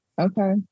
Okay